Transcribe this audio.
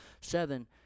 seven